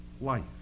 life